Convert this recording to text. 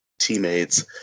teammates